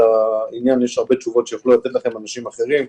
הרבה תשובות שיוכלו לתת לכם גם אנשים אחרים,